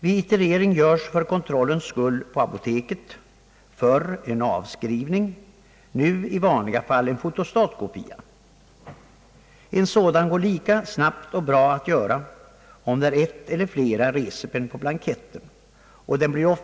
Vid iterering görs för kontrollens skull på apoteket inte som förr en avskrift utan i vanliga fall en fotostatkopia. En sådan går lika snabbt att göra, om det är ett eller flera recipen på blanketten.